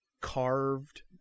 carved